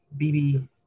BB